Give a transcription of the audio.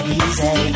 easy